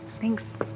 Thanks